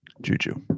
Juju